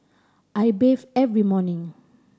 I bathe every morning